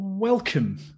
Welcome